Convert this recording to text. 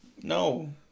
No